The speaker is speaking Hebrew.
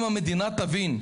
אם המדינה תבין,